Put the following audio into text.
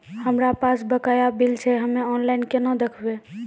हमरा पास बकाया बिल छै हम्मे ऑनलाइन केना देखबै?